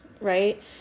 right